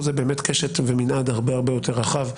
פה זה באמת קשת ומנעד הרבה יותר רחב.